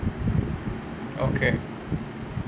okay